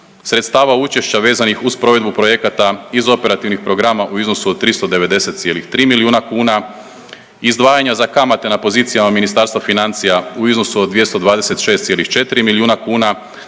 sredstava učešća vezanih uz provedbu projekata iz operativnih programa u iznosu od 390,3 milijuna kuna, izdvajanja za kamate na pozicijama Ministarstva financija u iznosu od 226,4 milijuna kuna,